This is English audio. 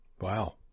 Wow